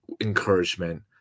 encouragement